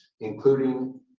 including